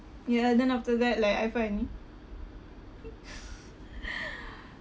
ya then after that like I finally